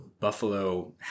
Buffalo